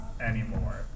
anymore